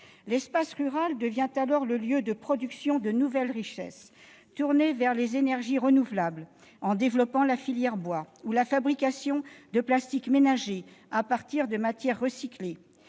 L'espace rural devient alors un lieu de production de nouvelles richesses, tourné vers les énergies renouvelables en développant la filière bois ou la fabrication de plastiques ménagers à partir de matières recyclées